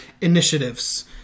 initiatives